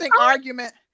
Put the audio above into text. argument